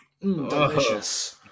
Delicious